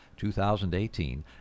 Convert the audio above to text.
2018